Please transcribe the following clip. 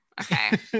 Okay